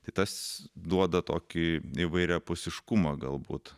tai tas duoda tokį įvairiapusiškumą galbūt